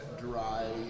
dry